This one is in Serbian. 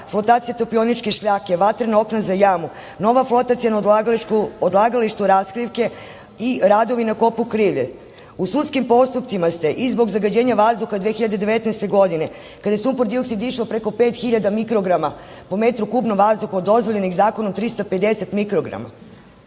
flotacija topioničke šljake, vatrena okna za jamu, nova flotacija na odlagalištu raskrivke i radovi na kopu Krivelj.U sudskim postupcima ste i zbog zagađenja vazduha 2019. godine, kada je sumpor-dioksid išao preko 5000 mikrograma po metru kubnog vazduha od dozvoljenih zakonom 350 mikrograma. Ja